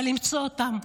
אבל למצוא אותם.